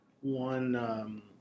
one